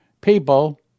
people